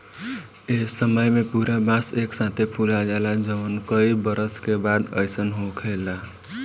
ए समय में पूरा बांस एक साथे फुला जाला जवन कई बरस के बाद अईसन होखेला